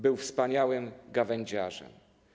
Był wspaniałym gawędziarzem.